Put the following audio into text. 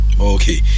Okay